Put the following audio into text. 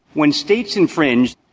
when states infringe.